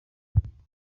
y’igihugu